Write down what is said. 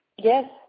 Yes